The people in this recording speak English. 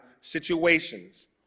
situations